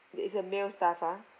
that it's a male staff ah